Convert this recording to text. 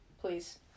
Please